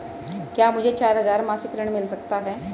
क्या मुझे चार हजार मासिक ऋण मिल सकता है?